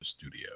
studio